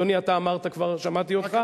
אדוני, אתה אמרת כבר, שמעתי אותך.